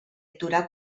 aturar